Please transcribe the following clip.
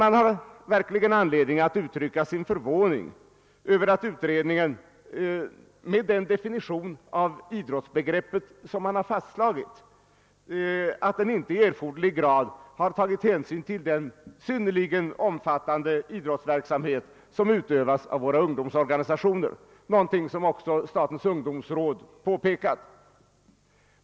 Man har verkligen anledning att uttrycka sin förvåning över att utredningen, med den fastslagna definitionen av idrottsbegreppet, inte i erforderlig grad tagit hänsyn till den synnerligen omfattande idrottsverksamhet som utövas av våra ungdomsorganisationer, någonting som också statens ungdomsråd i sitt remissyttrande påpekat.